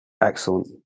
Excellent